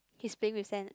he is playing with sand